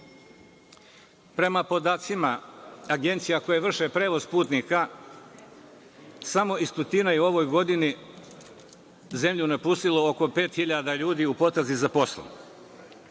Prema podacima agencija koje vrše prevoz putnika, samo iz Tutuna je u ovoj godini zemlju napustilo oko 5.000 ljudi u potrazi za poslom.